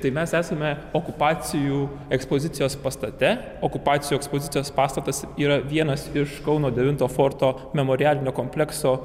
tai mes esame okupacijų ekspozicijos pastate okupacijų ekspozicijos pastatas yra vienas iš kauno devinto forto memorialinio komplekso